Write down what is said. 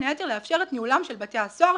היתר לאפשר את ניהולם של בתי הסוהר,